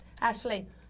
Ashley